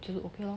就是 okay lah